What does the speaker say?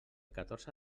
catorze